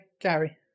Gary